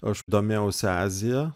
aš domėjausi azija